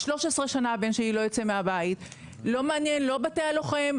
13 שנים הבן שלי לא יוצא מהבית לא מעניין לא בתי הלוחם,